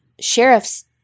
sheriff's